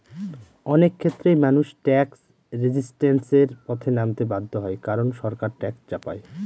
অনেক ক্ষেত্রেই মানুষ ট্যাক্স রেজিস্ট্যান্সের পথে নামতে বাধ্য হয় কারন সরকার ট্যাক্স চাপায়